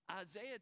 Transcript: Isaiah